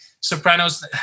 Sopranos